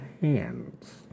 hands